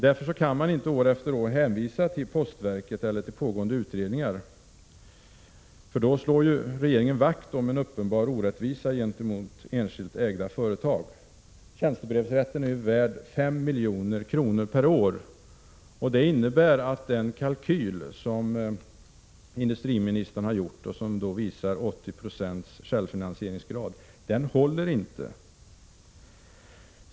Därför kan man inte år efter år hänvisa till postverket eller till pågående utredningar, för då slår man vakt om en uppenbar orättvisa gentemot enskilt ägda företag. Tjänstebrevsrätten är värd 5 milj.kr. per år, och det innebär att den kalkyl industriministern har gjort och som visar 80 2 självfinansieringsgrad inte håller.